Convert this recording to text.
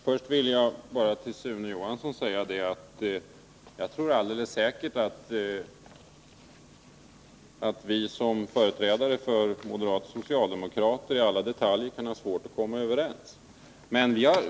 Fru talman! Jag tror säkert, Sune Johansson, att vi båda som företrädare för socialdemokrater och moderater har svårt att komma överens i alla detaljer.